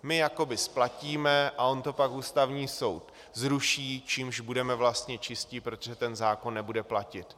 My jakoby splatíme a on to pak Ústavní soud zruší, čímž budeme vlastně čistí, protože ten zákon nebude platit.